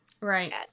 Right